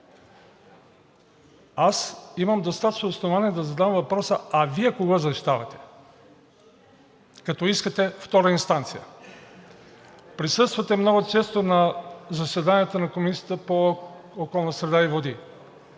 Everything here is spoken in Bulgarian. Аз имам достатъчно основание да задам въпроса: а Вие кого защитавате, като искате втора инстанция? Присъствате много често на заседанията на Комисията по околната среда и водите